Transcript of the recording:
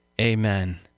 Amen